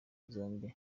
zombi